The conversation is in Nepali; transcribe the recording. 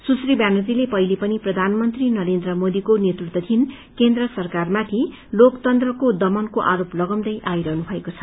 सुश्री व्यानर्जले पहिले पनि प्रधानमन्त्री नरेन्द्र मोदीको नेतृत्वधीन केन्द्र सरकारमाथि लोकतन्त्रको दमनको आरोप लगाउदै आइरहनु भएको छ